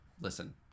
listen